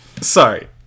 Sorry